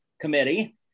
Committee